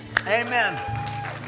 amen